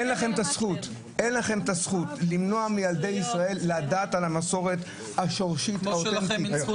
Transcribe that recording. אין לכם את הזכות למנוע מילדי ישראל לדעת על המסורת השורשית האותנטית.